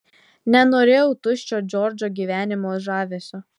nenorėjau tuščio džordžo gyvenimo žavesio